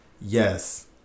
yes